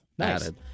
added